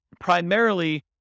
primarily